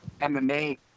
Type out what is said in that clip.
MMA